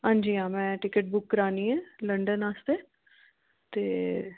हां जी हां मै टिकट बुक करानी ऐ लंडन आस्तै ते